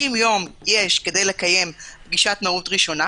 יום יש כדי לקיים פגישת מהו"ת ראשונה,